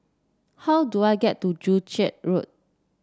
how do I get to Joo Chiat Road